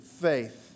faith